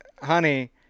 honey